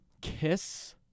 kiss